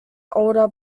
older